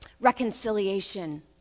Reconciliation